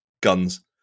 guns